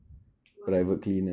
why